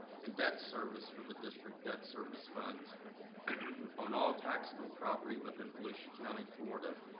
and debt service for the district debt service funds on all taxable property within volusia county, florida,